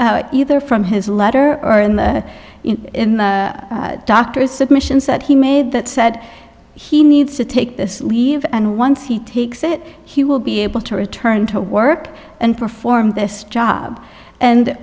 either from his letter or in the doctor's submissions that he made that said he needs to take this leave and once he takes it he will be able to return to work and perform this job and